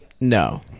No